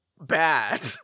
bad